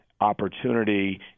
opportunity –